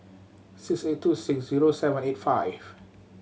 six eight two six zero seven eight five